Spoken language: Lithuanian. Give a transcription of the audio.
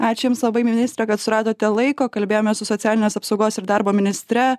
ačiū jums labai ministre kad suradote laiko kalbėjomės su socialinės apsaugos ir darbo ministre